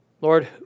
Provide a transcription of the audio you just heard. Lord